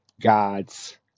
God's